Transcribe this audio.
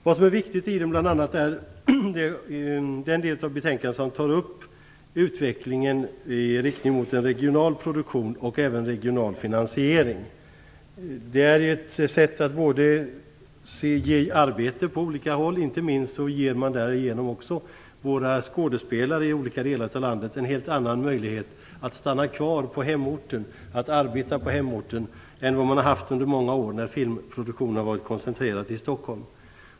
Det som är viktigt är bl.a. den del av betänkandet som tar upp utvecklingen i riktning mot en regional produktion och även en regional finansiering. Det är ett sätt att ge arbete på olika håll. Inte minst ger man därigenom också våra skådespelare i olika delar av landet en helt annan möjlighet att stanna kvar och arbeta på hemorten än man har haft under många år, när filmproduktionen varit koncentrerad till Stockholm.